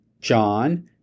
John